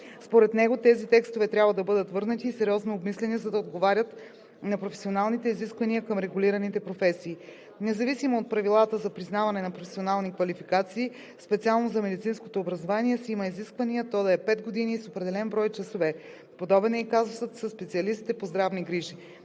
Според него тези текстове трябва да бъдат върнати и сериозно обмислени, за да отговарят на професионалните изисквания към регулираните професии. Независимо от правилата за признаване на професионални квалификации специално за медицинското образование си има изисквания то да е 5 години и с определен брой часове. Подобен е и казусът със специалистите по здравни грижи.